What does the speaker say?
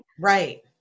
right